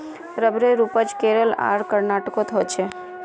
रबरेर उपज केरल आर कर्नाटकोत होछे